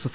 F